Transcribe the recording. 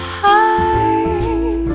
high